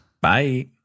Bye